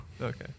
Okay